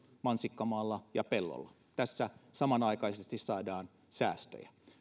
mansikkamaalla ja pellolla tässä samanaikaisesti saadaan säästöjä